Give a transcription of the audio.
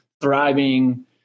thriving